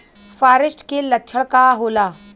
फारेस्ट के लक्षण का होला?